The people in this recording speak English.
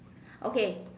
okay